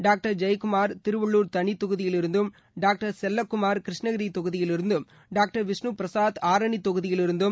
doctor Jayakumar Thiruvallur தனித்தொகுதியிலிருந்தும் doctor Chellakumar Krishnagiri தொகுதியிலிருந்தும் doctor Vishnu Prasad Arani தொகுதியிலிருந்தும்